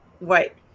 right